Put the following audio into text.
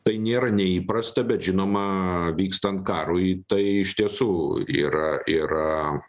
tai nėra neįprasta bet žinoma vykstant karui tai iš tiesų yra yra